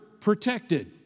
protected